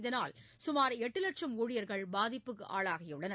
இதனால் சுமார் எட்டு லட்சம் ஊழியர்கள் பாதிப்புக்கு ஆளாகியுள்ளனர்